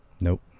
Nope